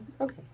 okay